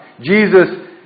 Jesus